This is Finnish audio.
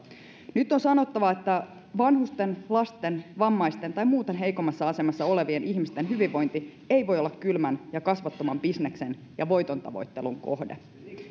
nyt on sanottava että vanhusten lasten vammaisten tai muuten heikommassa asemassa olevien ihmisten hyvinvointi ei voi olla kylmän ja kasvottoman bisneksen ja voitontavoittelun kohde